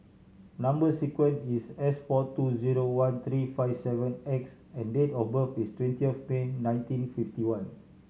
number sequence is S four two zero one three five seven X and date of birth is twentieth of May nineteen fifty one